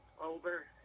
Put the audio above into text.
Over